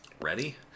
ready